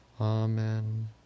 Amen